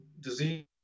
disease